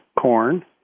corn